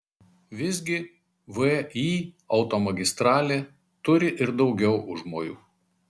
visgi vį automagistralė turi ir daugiau užmojų